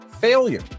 failure